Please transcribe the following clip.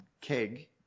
keg